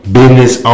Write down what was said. business